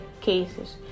cases